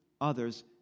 others